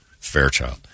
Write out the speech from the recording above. Fairchild